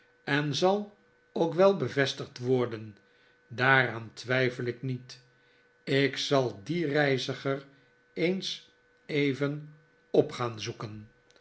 eh zal ook wel bevestigd worden daaraan twijfel ik niet ik zal die reiziger eens even op gaan zoeken